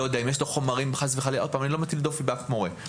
אני לא מטיל דופי באף מורה,